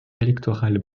électorale